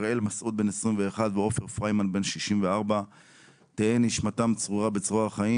אריאל מסעוד 21 ואופק פריימן בן 64. תהא נשמתם צרורה בצרור החיים.